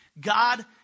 God